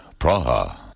Praha